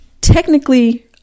technically